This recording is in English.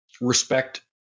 respect